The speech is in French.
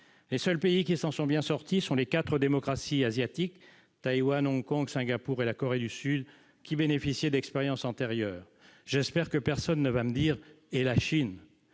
Les seuls pays qui s'en sont bien sortis sont les quatre démocraties asiatiques : Taïwan, Hong Kong, Singapour et la Corée du Sud, qui bénéficiaient d'expériences antérieures. J'espère que personne ne va me dire :« Et la Chine ?